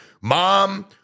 mom